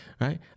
right